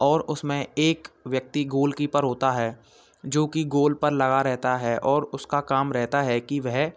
और उसमें एक व्यक्ति गोलकीपर होता है जोकि गोल पर लगा रहता है और उसका काम रहता है कि वह